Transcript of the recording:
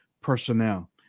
personnel